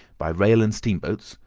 by rail and steamboats.